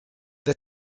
the